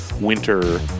winter